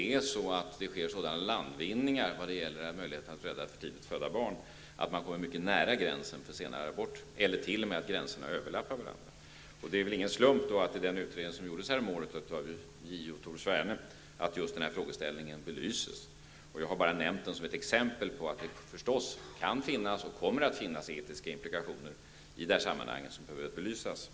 När det nu sker sådana landvinningar när det gäller att rädda för tidigt födda barn kommer man mycket nära gränsen för sen abort -- gränserna överlappar t.o.m. varandra. Det är väl ingen slump att JO Tor Sverne belyste den här frågeställningen i den utredning som han gjorde häromåret. Jag har bara nämnt denna utredning som ett exempel på att det i detta sammanhang förstås kan finnas och komma att finnas etiska implikationer som behöver belysas.